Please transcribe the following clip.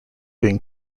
being